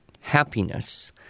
happiness